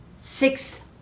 six